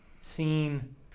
seen